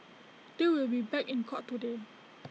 they will be back in court today